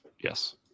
yes